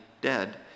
dead